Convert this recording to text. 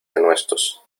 denuestos